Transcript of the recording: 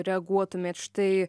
reaguotumėt štai